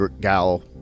gal